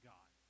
God